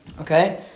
Okay